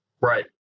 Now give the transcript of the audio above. right